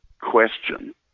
question